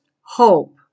hope